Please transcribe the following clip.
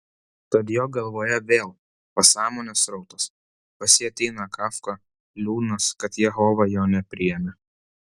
tad jo galvoje vėl pasąmonės srautas pas jį ateina kafka liūdnas kad jehova jo nepriėmė